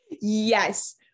Yes